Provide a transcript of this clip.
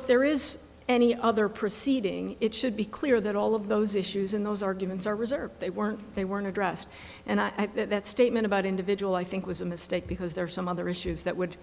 if there is any other proceeding it should be clear that all of those issues in those arguments are reserved they weren't they weren't addressed and that statement about individual i think was a mistake because there are some other issues that would